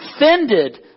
offended